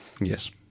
Yes